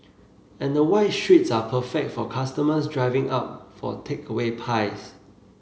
and the wide streets are perfect for customers driving up for takeaway pies